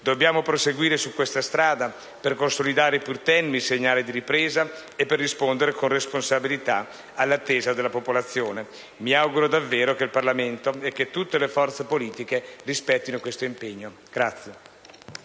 Dobbiamo proseguire su questa strada per consolidare i pur tenui segnali di ripresa e per rispondere con responsabilità alle attese della popolazione. Mi auguro davvero che il Parlamento e tutte le forze politiche rispettino tale impegno.